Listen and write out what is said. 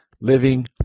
living